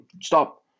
stop